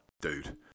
dude